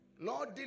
Lord